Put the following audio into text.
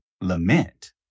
lament